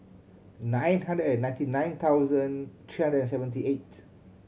nine hundred and ninety nine thousand three hundred and seventy eight